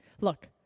Look